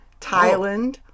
Thailand